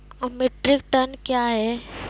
Metric ton कया हैं?